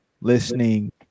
listening